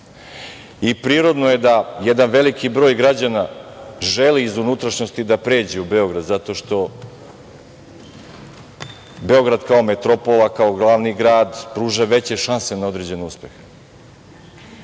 Beograda. Prirodno je da jedan veliki broj građana želi iz unutrašnjosti da pređe u Beograd, zato što Beograd kao metropola, kao glavni grad, pruža veće šanse na određeni uspeh.